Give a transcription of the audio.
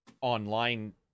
online